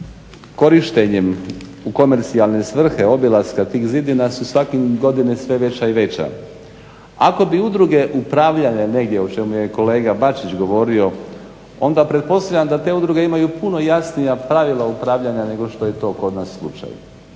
korištenjem u komercijalne svrhe obilaska tih zidina su svake godine sve veća i veća. Ako bi udruge upravljale negdje o čemu je kolega Bačić govorio onda pretpostavljam da te udruge imaju puno jasnija pravila upravljanja nego što je to kod nas slučaj.